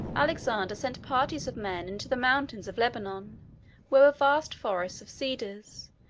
alexander sent parties of men into the mountains of lebanon, where were vast forests of cedars,